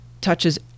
touches